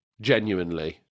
genuinely